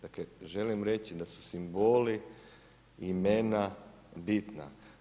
Dakle, želim reći da su simboli, imena bitna.